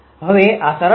હવે આ સરળ વસ્તુ છે